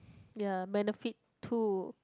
ya benefit too